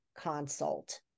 consult